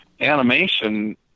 animation